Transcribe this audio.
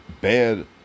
Bad